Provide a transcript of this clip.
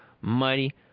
mighty